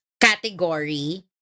category